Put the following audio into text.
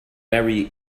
very